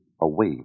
away